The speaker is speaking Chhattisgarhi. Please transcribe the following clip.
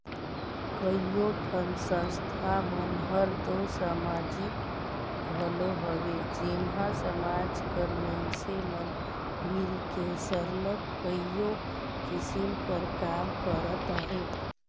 कइयो ठन संस्था मन हर दो समाजिक घलो हवे जेम्हां समाज कर मइनसे मन मिलके सरलग कइयो किसिम कर काम करत अहें